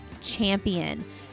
champion